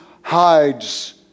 hides